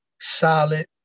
solid